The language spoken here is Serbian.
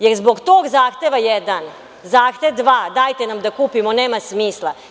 Jer, zbog tog zahteva 1, zahtev 2, koji glasi – dajte nam da kupimo, nema smisla.